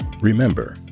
remember